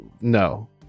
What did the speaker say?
no